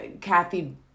Kathy